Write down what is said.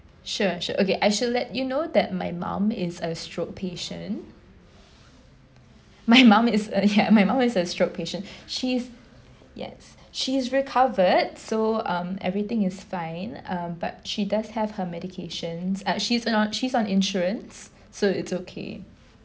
sure sure okay I shall let you know that my mum is a stroke patient my mum is a ya my mum is a stroke patient she's yes she is recovered so um everything is fine uh but she does have her medications uh she's on she's on insurance so it's okay